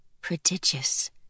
Prodigious